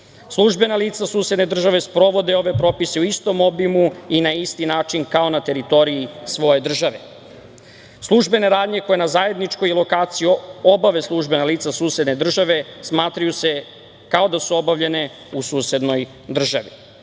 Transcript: lica. Službena lica susedne države sprovode ove propise u istom obimu i na isti način, kao na teritoriji svoje države. Službene radnje koje na zajedničkoj lokaciji obave službena lica susedne države, smatraju se, kao da su obavljene u susednoj državi.